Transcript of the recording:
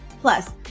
Plus